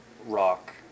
rock